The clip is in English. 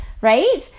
right